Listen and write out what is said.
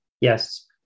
Yes